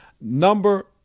Number